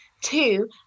Two